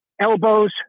elbows